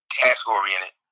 task-oriented